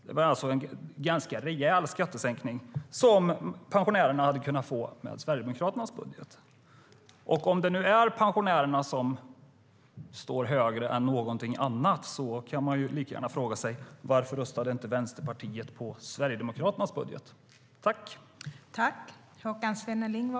Det är alltså en ganska rejäl skattesänkning som pensionärerna hade kunnat få med Sverigedemokraternas budget.